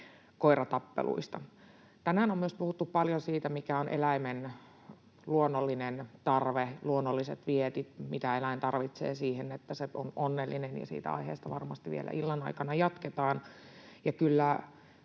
koiratappeluja. Tänään on myös puhuttu paljon siitä, mitä ovat eläimen luonnollinen tarve ja luonnolliset vietit ja mitä eläin tarvitsee siihen, että se on onnellinen, ja siitä aiheesta varmasti vielä illan aikana jatketaan.